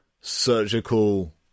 surgical